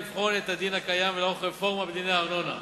לבחון את הדין הקיים ולערוך רפורמה בדיני הארנונה.